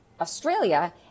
Australia